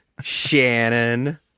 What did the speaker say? Shannon